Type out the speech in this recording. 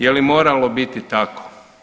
Je li moralo biti tako?